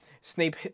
Snape